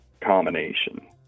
combination